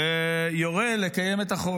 ויורה לקיים את החוק.